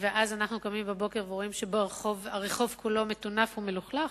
וכשאנחנו קמים בבוקר אנחנו רואים שהרחוב כולו מטונף ומלוכלך.